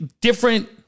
Different